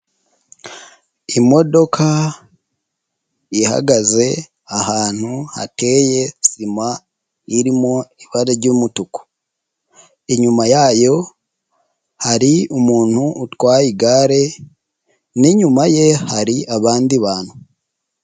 Imodoka ihagaze ahantu hateye sima irimo ibara ry'umutuku, inyuma yayo hari umuntu utwaye igare n'inyuma ye hari abandi bantu.